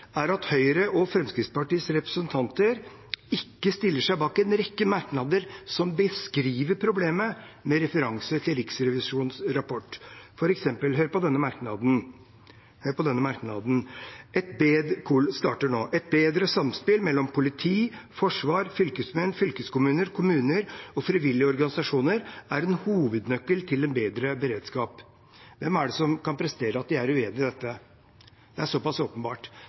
er at Høyre og Fremskrittspartiets representanter ikke stiller seg bak en rekke merknader som beskriver problemet, med referanse til Riksrevisjonens rapport. Hør f.eks. på denne merknaden: «Flertallet viser til at bedre samspill mellom politi, forsvar, fylkesmenn, fylkeskommuner, kommuner og frivillige organisasjoner er en hovednøkkel til en bedre beredskap.» Hvem er det som kan prestere å si at de er uenig i dette? Det er såpass åpenbart.